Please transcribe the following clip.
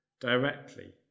directly